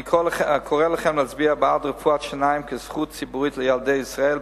אני קורא לכם להצביע בעד רפואת שיניים כזכות ציבורית לילדי ישראל,